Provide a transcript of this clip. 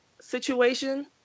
situation